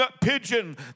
pigeon